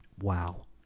wow